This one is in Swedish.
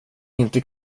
inte